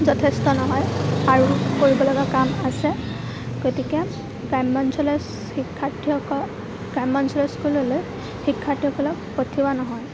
যথেষ্ট নহয় আৰু কৰিব লগা কাম আছে গতিকে গ্ৰাম্য অঞ্চলৰ শিক্ষাৰ্থীসকল গ্ৰাম্য অঞ্চলৰ স্কুললৈ শিক্ষাৰ্থীসকলক পঠিওৱা নহয়